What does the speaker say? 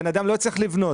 בן אדם לא צריך לבנות,